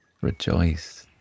rejoiced